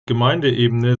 gemeindeebene